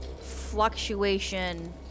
fluctuation